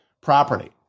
property